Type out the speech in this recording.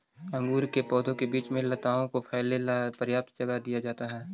अंगूर के पौधों के बीच में लताओं को फैले ला पर्याप्त जगह दिया जाता है